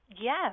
Yes